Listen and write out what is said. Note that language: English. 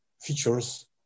features